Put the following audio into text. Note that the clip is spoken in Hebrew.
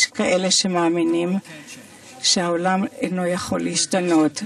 יש מי שמאמינים שהעולם אינו יכול להשתנות,